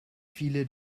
viele